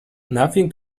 nothing